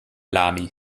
lamy